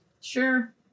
sure